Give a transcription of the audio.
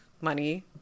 money